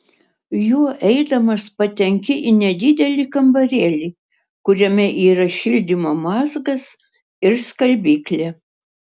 juo eidamas patenki į nedidelį kambarėlį kuriame yra šildymo mazgas ir skalbyklė